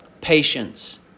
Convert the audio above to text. patience